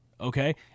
okay